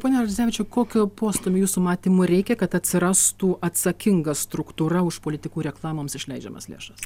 pone radzevičiau kokio postūmio jūsų matymu reikia kad atsirastų atsakinga struktūra už politikų reklamoms išleidžiamas lėšas